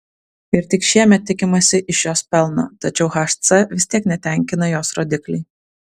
ir tik šiemet tikimasi iš jos pelno tačiau hc vis tiek netenkina jos rodikliai